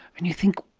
and you think,